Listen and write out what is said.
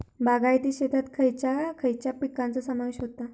बागायती शेतात खयच्या खयच्या पिकांचो समावेश होता?